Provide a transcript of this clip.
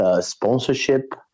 sponsorship